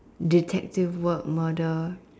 detective work murder